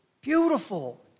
beautiful